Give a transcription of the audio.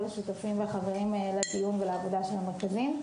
השותפים והחברים לדיון ולעבודה של המרכזים,